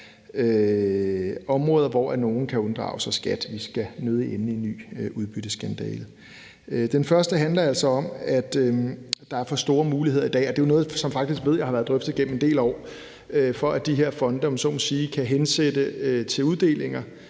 områder, hvor nogle kan unddrage sig skat. Vi skal nødig ende i en ny udbytteskandale. Den første handler altså om, at der er for store muligheder i dag – det er jo noget, som jeg ved faktisk har været drøftet igennem en del år – for, at de her fonde, om man så må sige, kan hensætte til uddelinger